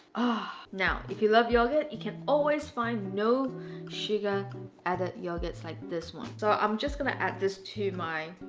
ah now, if you love yogurt you can always find no sugar added yogurts like this one. so i'm just gonna add this to my.